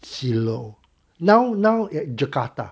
zero now now at jakarta